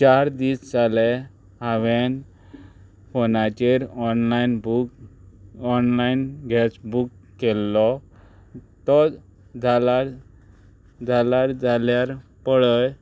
चार दीस जाले हांवेंन फोनाचेर online book online gas book केल्लो तो जाला जाला जाल्यार पळय